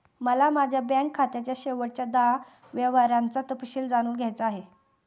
मला माझ्या बँक खात्याच्या शेवटच्या दहा व्यवहारांचा तपशील जाणून घ्यायचा आहे